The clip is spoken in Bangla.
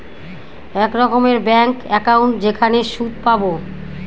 এক রকমের ব্যাঙ্ক একাউন্ট যেখানে সুদ পাবো